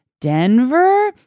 Denver